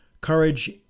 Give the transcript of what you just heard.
courage